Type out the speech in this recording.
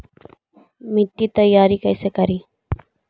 मिट्टी तैयारी कैसे करें?